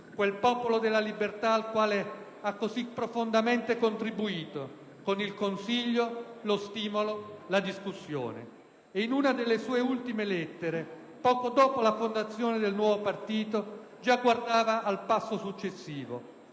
quel Popolo della Libertà al quale ha così profondamente contribuito con il consiglio, lo stimolo e la discussione. In una delle sue ultime lettere, poco dopo la fondazione del nuovo partito, già guardava al passo successivo: